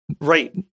Right